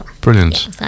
brilliant